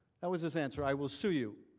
that was his answer. i will see you.